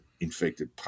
infected